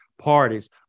parties